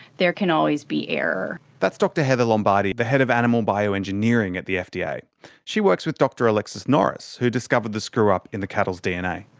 there can always be error. that's dr heather lombardi, the head of animal bioengineering at the fda. she works with dr alexis norris, who discovered the screw-up in the cattle's dna.